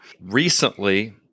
recently